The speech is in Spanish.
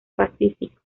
pacífico